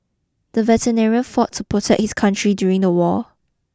the veteran fought to protect his country during the war